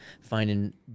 finding